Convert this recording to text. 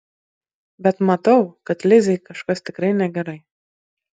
bet matau kad lizei kažkas tikrai negerai